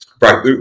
Right